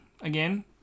again